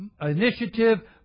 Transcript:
initiative